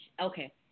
Okay